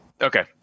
okay